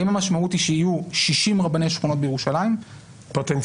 האם המשמעות היא שיהיו 60 רבני שכונות בירושלים פוטנציאליים,